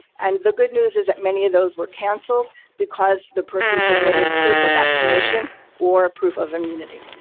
and the good news is that many of those were canceled because the person submitted proof of vaccination or proof of immunity.